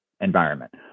environment